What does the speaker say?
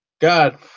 God